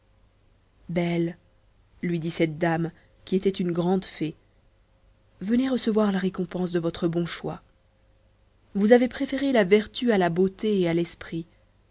belle lui dit cette dame qui était une grande fée venez recevoir la récompense de votre bon choix vous avez préféré la vertu à la beauté et à l'esprit